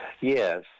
Yes